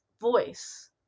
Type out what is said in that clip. voice